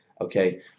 okay